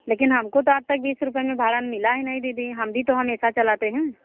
लेकिन हमको तो आज तक बीस रुपए में भाड़ा मिला ही नहीं दीदी हम भी तो हमेशा चलाते हैं